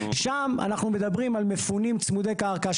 שם אנחנו מדברים על מפונים צמודי קרקע,